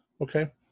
Okay